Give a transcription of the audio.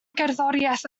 gerddoriaeth